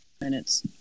minutes